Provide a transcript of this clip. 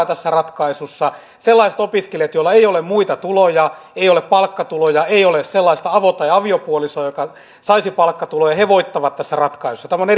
tässä ratkaisussa sellaiset opiskelijat joilla ei ole muita tuloja ei ole palkkatuloja ei ole sellaista avo tai aviopuolisoa joka saisi palkkatuloja voittavat tässä ratkaisussa tämä on